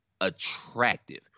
attractive